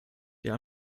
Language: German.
der